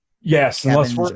Yes